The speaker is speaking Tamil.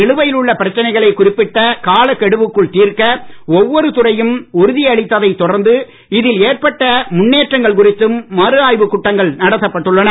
நிலுவையில் உள்ள பிரச்சனைகளை குறிப்பிட்ட கால கெடுவிற்குள் தீர்க்க ஒவ்வொரு துறையும் உறுதியளித்ததை தொடர்ந்து இதில் ஏற்பட்ட முன்னேற்றங்கள் குறித்தும் மறு ஆய்வுக் கூட்டங்கள் நடத்தப் பட்டுள்ளன